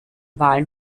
wahlen